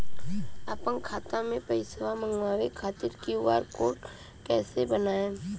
आपन खाता मे पईसा मँगवावे खातिर क्यू.आर कोड कईसे बनाएम?